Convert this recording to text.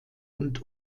und